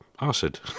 acid